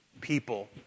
people